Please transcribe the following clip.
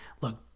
look